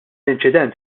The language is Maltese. inċident